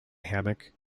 hammock